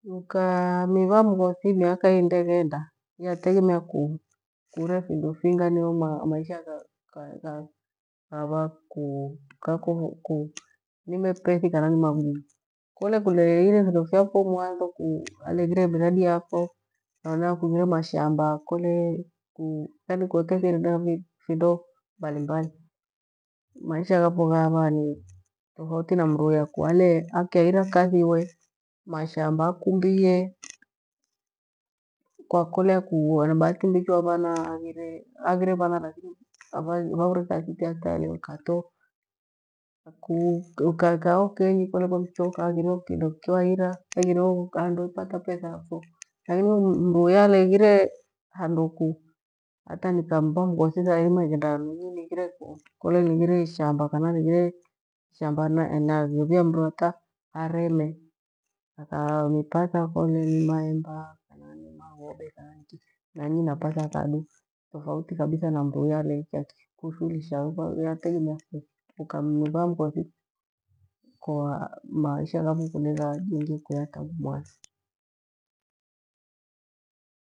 Ukamiva mghosi miaka indeghenda yategemea kuure findo finga niyo maisha ghafo gheva ku ni mepethi kana ni magumu kole kuleghire iindo vyafo mwanzo kuhaleghire miradi yafo kana kughire mashamba kole kuekethire hana vindo mbalimbali maisha yafo ghava ni tofauti na mru uya ku akyahira kathi we mashamba akumbie kwa kolea ni bahatimbichwa vana haghire vana rakina vaure kathi tiya taerewaneka tu ku ukaikaho kenyi. Kole kwemchoka haghireho kindo kwahira haghireho handu hepata petha, fo lakini mruuyairighire handu ku hata nikamva mghwi nairima ighenda handu nyikole nighire ishamba kana nighire shamba nigheia mru hata ureme ukamipata kole ni maemba kana ni maghobe, kana ni iki nainyi napata kadu tofauti na mru uya aleke akushughurisha we kwa hiyo yategemea ku ukamiva mghosi maisha yafo kuleghajengie tangu mwanzo.